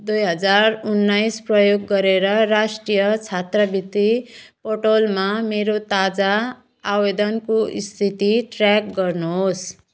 दुई हजार उन्नाइस प्रयोग गरेर राष्ट्रिय छात्रवृत्ति पोर्टलमा मेरो ताजा आवेदनको स्थिति ट्र्याक गर्नुहोस्